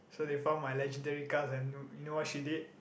so they found my legendary card and you know what she did